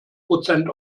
prozent